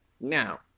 Now